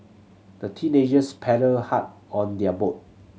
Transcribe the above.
the teenagers paddled hard on their boat